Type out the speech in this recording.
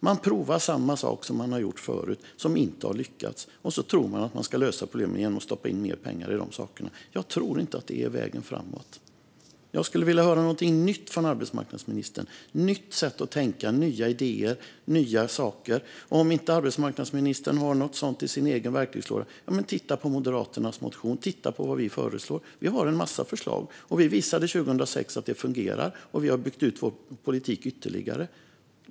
Man provar samma sak som man har gjort förut, som inte har lyckats, och så tror man att man ska lösa problemen genom att stoppa in mer pengar. Jag tror inte att det är vägen framåt. Jag vill höra något nytt från arbetsmarknadsministern, ett nytt sätt att tänka, nya idéer. Om inte arbetsmarknadsministern har något sådant i sin egen verktygslåda, läs Moderaternas motion och vad vi föreslår. Vi har en massa förslag, och vi visade 2006 att de fungerar. Vi har sedan byggt ut vår politik ytterligare.